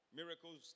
miracles